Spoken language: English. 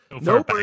No